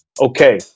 Okay